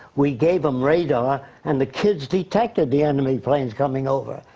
we gave them radar and the kids detected the enemy planes coming over.